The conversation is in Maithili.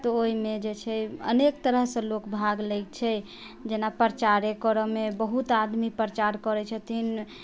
तऽ ओहिमे जे छै अनेक तरहसँ लोक भाग लै छै जेना प्रचारे करऽमे बहुत आदमी प्रचार करै छथिन